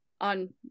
on